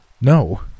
No